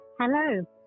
Hello